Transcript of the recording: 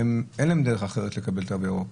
אין להם דרך אחרת לקבל תו ירוק,